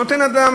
שנותן לאדם,